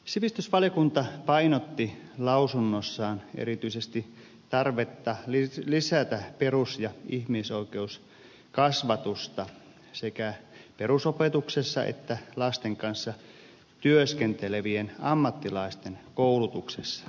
sivistysvaliokunta painotti lausunnossaan erityisesti tarvetta lisätä perus ja ihmisoikeuskasvatusta sekä perusopetuksessa että lasten kanssa työskentelevien ammattilaisten koulutuksessa